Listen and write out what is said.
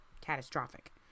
catastrophic